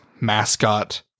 mascot